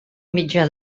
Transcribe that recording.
mitjà